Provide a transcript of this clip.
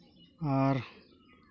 ᱟᱨ